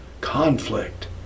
conflict